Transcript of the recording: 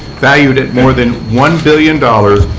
valued at more than one billion dollars,